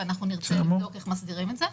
ונרצה לבדוק איך מסדירים את זה.